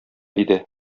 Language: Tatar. иде